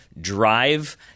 drive